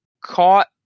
caught